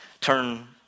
turn